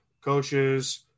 coaches